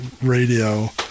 radio